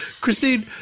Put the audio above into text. Christine